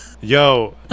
Yo